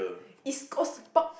East-Coast-Park